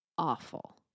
awful